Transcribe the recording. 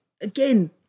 again